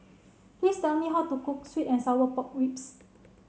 please tell me how to cook sweet and sour pork ribs